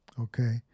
okay